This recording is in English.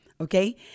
Okay